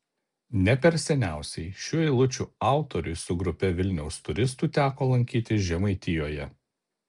ne per seniausiai šių eilučių autoriui su grupe vilniaus turistų teko lankytis žemaitijoje